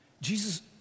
Jesus